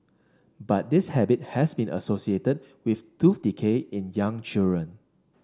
but this habit has been associated with tooth decay in young children